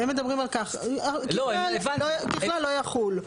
הם מדברים על כך שככלל לא יחול.